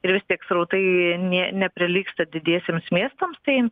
ir vis tiek srautai nė neprilygsta didiesiems miestams tai